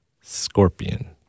Scorpion